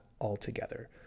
altogether